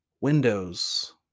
windows